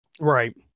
Right